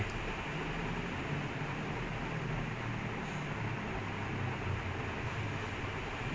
err அது தேவை தான் இல்ல நான்:athu thevai dhaan illa naan random ஒன்னு போட்டு:onnu pottu I will just check what they are asking for